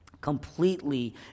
completely